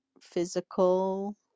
physical